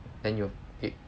then you'll feel